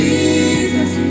Jesus